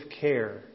care